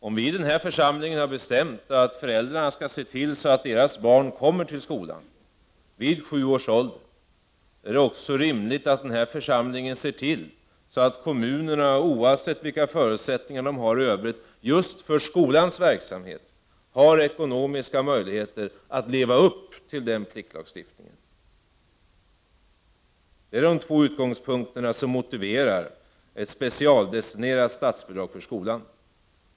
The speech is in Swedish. Om vi i denna församling har bestämt att föräldrarna skall se till att deras barn kommer till skolan vid sju års ålder är det också rimligt att vi ser till att kommunerna, oavsett vilka förutsättningar de har i övrigt, just för skolans verksamhet har ekonomiska möjligheter att leva upp till den pliktlagstiftningen. Det är de två utgångspunkterna som motiverar ett specialdestinerat statsbidrag för skolan.